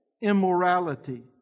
immorality